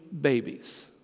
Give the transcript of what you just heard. babies